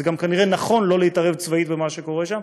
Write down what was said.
זה גם כנראה נכון שלא להתערב צבאית במה שקורה שם,